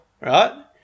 right